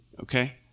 okay